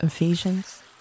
Ephesians